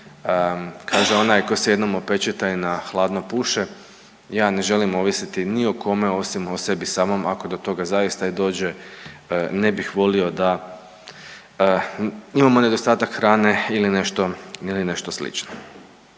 kaže onaj tko se jednom opeče taj na hladno puše, ja ne želim ovisiti ni o kome osim o sebi samom ako do toga zaista i dođe ne bih volio da imamo nedostatak hrane ili nešto ili